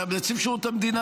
נציב שירות המדינה,